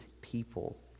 people